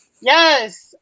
yes